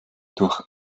durch